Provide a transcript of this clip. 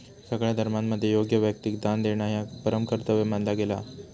सगळ्या धर्मांमध्ये योग्य व्यक्तिक दान देणा ह्या परम कर्तव्य मानला गेला हा